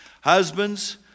Husbands